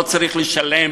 הוא לא צריך לשלם